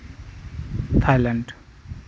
Thailand